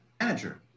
Manager